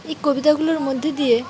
এই কবিতাগুলোর মধ্যে দিয়ে